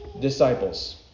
Disciples